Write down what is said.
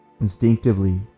instinctively